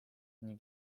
nii